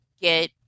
get